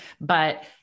but-